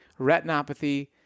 retinopathy